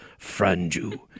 Franju